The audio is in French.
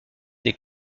des